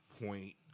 point